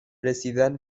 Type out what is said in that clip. رسیدن